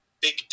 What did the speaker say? big